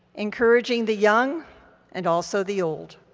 encouraging the young and also the old.